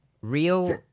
real